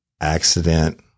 Accident